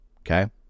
okay